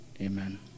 Amen